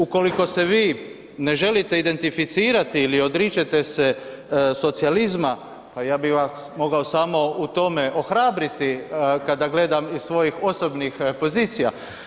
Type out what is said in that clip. Ukoliko se vi ne želite identificirati ili odričete se socijalizma, pa ja bi vas mogao samo u tome ohrabriti kada gledam iz svojih osobnih pozicija.